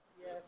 Yes